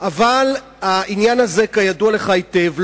אבל כידוע לך היטב,